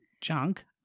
junk